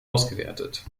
ausgewertet